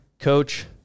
Coach